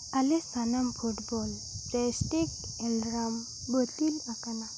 ᱟᱞᱮ ᱥᱟᱱᱟᱢ football prestige ᱮᱞᱨᱟᱢ ᱵᱟᱹᱛᱤᱞ ᱟᱠᱟᱱᱟ